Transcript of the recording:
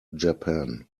japan